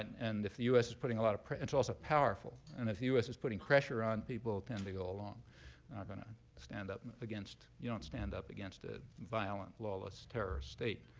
and if the us is putting a lot of it's also powerful. and if the us is putting pressure on, people tend to go along. not gonna stand up against you don't stand up against a violent, lawless terrorist state.